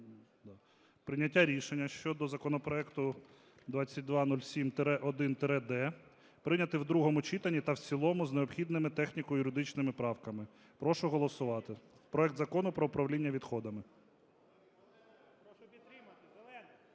прийняття рішення щодо законопроекту 2207-1-д. Прийняти в другому читанні та в цілому з необхідними техніко-юридичними правками. Прошу голосувати проект Закону про управління відходами.